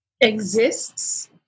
exists